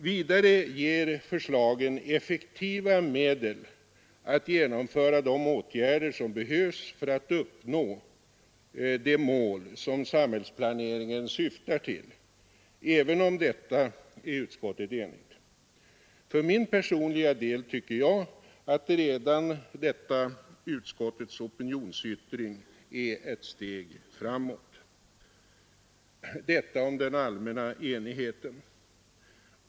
Vidare ger förslagen effektiva medel att genomföra de åtgärder som behövs för att uppnå de mål som samhällsplaneringen syftar till. Även om detta är utskottet enigt. För min personliga del tycker jag att redan denna utskottets opinionsyttring är ett steg framåt. Detta om den allmänna enigheten.